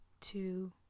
two